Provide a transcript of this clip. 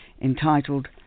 entitled